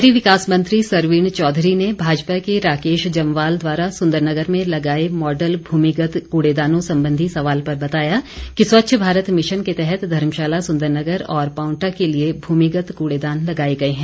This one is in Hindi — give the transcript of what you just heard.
शहरी विकास मंत्री सरवीण चौधरी ने भाजपा के राकेश जमवाल द्वारा सुंदरनगर में लगाए मॉडल भूमिगत कूड़ेदानों संबंधी सवाल पर बताया कि स्वच्छ भारत मिशन के तहत धर्मशाला सुंदरनगर और पांवटा के लिए भूमिगत कूड़ेदान लगाए गए हैं